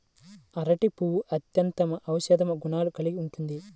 అరటి పువ్వు అత్యుత్తమ ఔషధ గుణాలను కలిగి ఉంటుంది